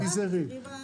תסתכלי בטלוויזיה.